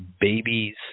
babies